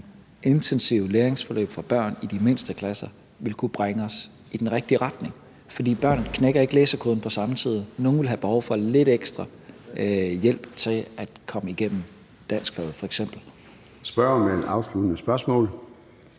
intensive læringsforløb for børn i de mindste klasser, vil kunne bringe os i den rigtige retning. For børn knækker ikke læsekoden på samme tid. Nogle vil have behov for lidt ekstra hjælp til at komme igennem f.eks. danskfaget. Kl.